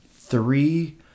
three